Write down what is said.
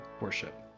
worship